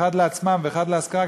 אחת לעצמם ואחת להשכרה,